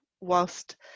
whilst